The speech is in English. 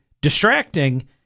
distracting